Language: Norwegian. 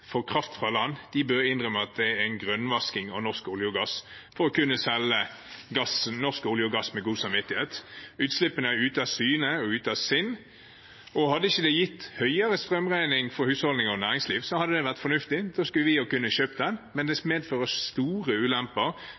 er grønnvasking av norsk olje og gass for å kunne selge norsk olje og gass med god samvittighet. Utslippene er ute av syne og ute av sinn. Hadde det ikke gitt høyere strømregning for husholdninger og næringsliv, hadde det vært fornuftig – da skulle vi også kjøpt det. Men dette medfører store ulemper